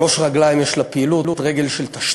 יש לפעילות שלוש רגליים: רגל של תשתית,